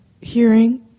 hearing